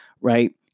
right